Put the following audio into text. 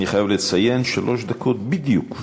אני חייב לציין, שלוש דקות בדיוק.